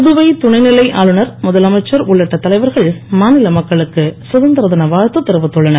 புதுவை துணைநிலை ஆளுனர் முதலமைச்சர் உள்ளிட்ட தலைவர்கள் மாநில மக்களுக்கு சுதந்திரதின வாழ்த்து தெரிவித்துள்ளனர்